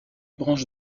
branche